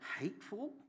hateful